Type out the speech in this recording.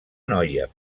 noia